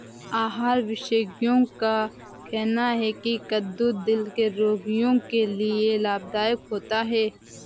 आहार विशेषज्ञों का कहना है की कद्दू दिल के रोगियों के लिए लाभदायक होता है